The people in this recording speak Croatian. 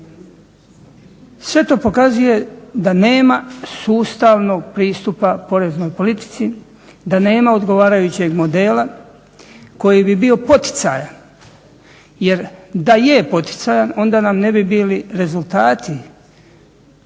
Sve to pokazuje da nema sustavnog pristupa poreznoj politici, da nema odgovarajućeg modela koji bi bio poticajan jer da je poticajan onda nam ne bi bili rezultati